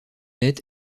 net